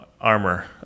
armor